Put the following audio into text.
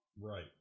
Right